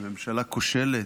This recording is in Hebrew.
היא ממשלה כושלת,